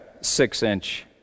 six-inch